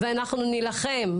ואנחנו נילחם,